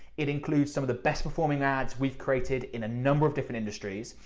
it includes some of the best-performing ads we've created in a number of different industries.